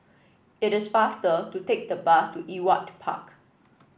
it is faster to take the bus to Ewart Park